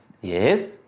Yes